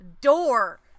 door